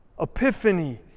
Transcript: Epiphany